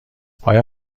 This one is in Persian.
آیا